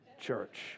Church